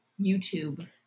YouTube